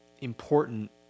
important